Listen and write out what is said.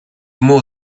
more